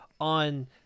on